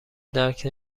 درک